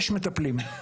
יש מטפלים.